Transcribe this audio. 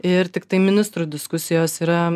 ir tiktai ministrų diskusijos yra